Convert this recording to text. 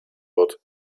wird